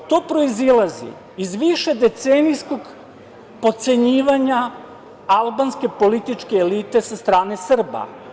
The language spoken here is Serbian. To proizilazi iz višedecenijskog potcenjivanja albanske političke elite sa strane Srba.